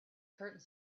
curtain